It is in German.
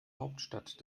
hauptstadt